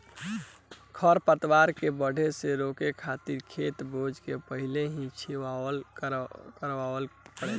खर पतवार के बढ़े से रोके खातिर खेत बोए से पहिल ही छिड़काव करावे के पड़ेला